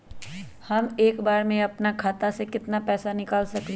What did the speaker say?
हम एक बार में अपना खाता से केतना पैसा निकाल सकली ह?